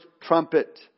trumpet